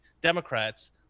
democrats